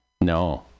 No